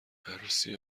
عروسی